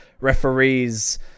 referees